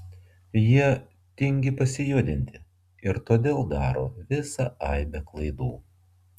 jie tingi pasijudinti ir todėl daro visą aibę klaidų